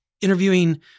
interviewing